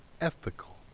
ethical